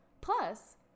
Plus